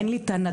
אין לי את הנתון.